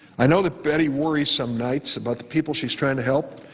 i know that betty worries some nights about the people she is trying to help.